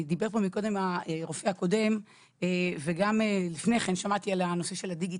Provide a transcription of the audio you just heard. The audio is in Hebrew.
דיבר פה מקודם הרופא הקודם וגם לפני כן שמעתי על הנושא של הדיגיטל.